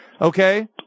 okay